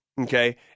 Okay